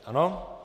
Ano?